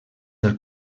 del